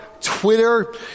Twitter